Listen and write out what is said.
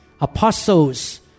apostles